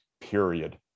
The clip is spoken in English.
period